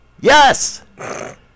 Yes